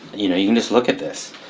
you know you can just look at this.